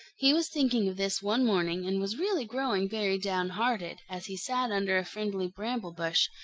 he was thinking of this one morning and was really growing very down-hearted, as he sat under a friendly bramble-bush,